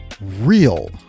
Real